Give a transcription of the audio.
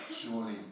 Surely